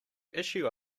issue